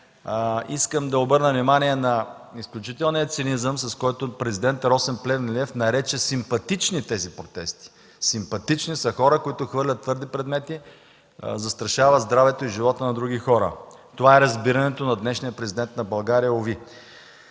искам да обърна внимание на изключителния цинизъм, с който президентът Росен Плевнелиев нарече „симпатични” тези протести. Симпатични са хора, които не хвърлят твърди предмети, застрашават здравето и живота на други хора. Това е разбирането на днешния президент на България, уви.